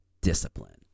discipline